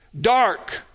dark